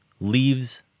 leaves